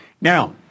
Now